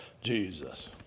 Jesus